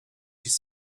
iść